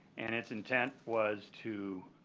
and its intent was to